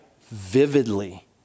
vividly